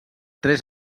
tres